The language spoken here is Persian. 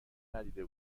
ندیده